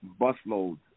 busloads